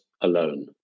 alone